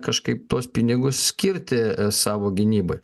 kažkaip tuos pinigus skirti savo gynybai